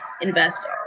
invest